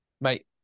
Mate